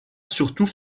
surtout